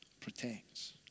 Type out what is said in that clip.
protects